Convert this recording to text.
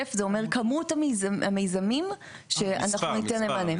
היקף זה אומר כמות המיזמים שאנחנו ניתן להם מענה.